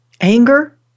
anger